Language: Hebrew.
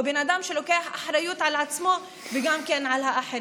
הוא בן אדם שלוקח אחריות על עצמו וגם כן על האחרים.